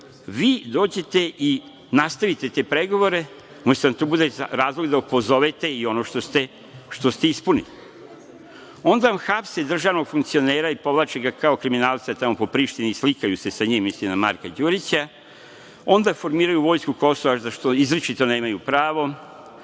vi dođete i nastavite te pregovore, umesto da vam to bude razlog da opozovete i ono što ste ispunili. Onda vam hapse državnog funkcionera i povlače ga kao kriminalca tamo po Prištini i slikaju se sa njim, mislim na Marka Đurića. Onda formiraju vojsku Kosova, za šta izričito nemaju pravo.